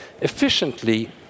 efficiently